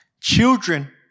Children